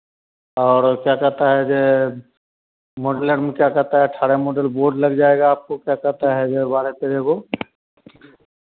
और क्या कहता यह मॉडेलर में क्या अट्ठारह मॉडेल बोर्ड लग जाएगा आपको जो क्या कहते जो बारह तेरह को